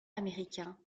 américains